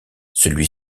celui